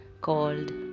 called